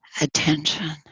attention